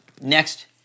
next